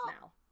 now